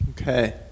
Okay